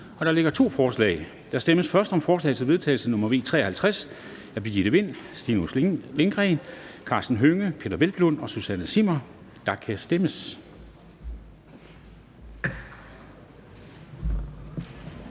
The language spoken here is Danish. Der foreligger to forslag. Der stemmes først om forslag til vedtagelse nr. V 53 af Birgitte Vind (S), Stinus Lindgreen (RV), Karsten Hønge (SF), Peder Hvelplund (EL) og Susanne Zimmer (ALT), og der kan stemmes.